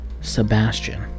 Sebastian